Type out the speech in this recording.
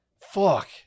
fuck